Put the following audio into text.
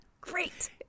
great